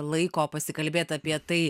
laiko pasikalbėt apie tai